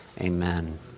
Amen